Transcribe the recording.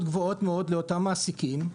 לאותם מעסיקים.